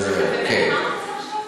מדינות הציר?